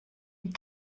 wie